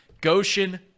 Goshen